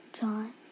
John